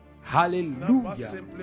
hallelujah